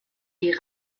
die